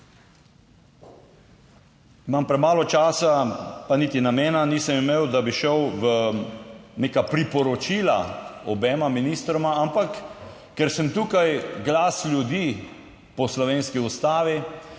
Imam premalo časa, pa niti namena nisem imel, da bi šel v neka priporočila obema ministroma, ampak ker sem tukaj glas ljudi po slovenski ustavi,